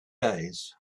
days